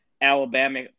Alabama